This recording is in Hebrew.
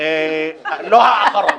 לא האחרון.